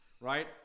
Right